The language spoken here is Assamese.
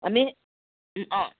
আমি অঁ